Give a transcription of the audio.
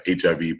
HIV